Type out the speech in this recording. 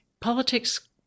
politics